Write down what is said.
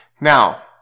Now